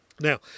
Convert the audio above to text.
Now